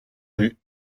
rue